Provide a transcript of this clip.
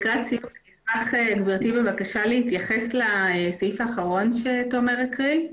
אשמח להתייחס לסעיף האחרון שתומר הקריא,